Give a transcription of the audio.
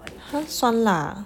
!huh! 酸辣 ah